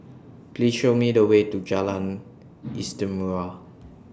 Please Show Me The Way to Jalan Istimewa